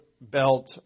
belt